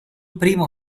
primo